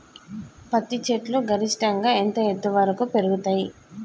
పత్తి చెట్లు గరిష్టంగా ఎంత ఎత్తు వరకు పెరుగుతయ్?